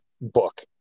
book